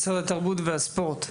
משרד התרבות והספורט,